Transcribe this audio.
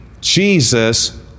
Jesus